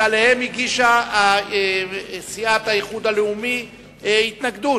שעליהן הגישה סיעת האיחוד הלאומי התנגדות,